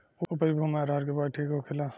उपरी भूमी में अरहर के बुआई ठीक होखेला?